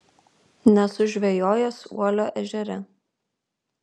nesu žvejojęs uolio ežere